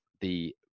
the-